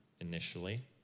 initially